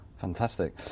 Fantastic